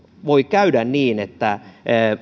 voi käydä niin että